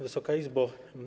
Wysoka Izbo!